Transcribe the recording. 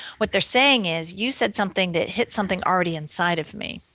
what they're saying is you said something that hit something already inside of me.